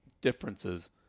differences